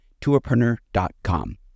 tourpreneur.com